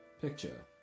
picture